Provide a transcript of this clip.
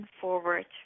forward